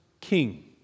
king